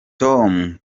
tom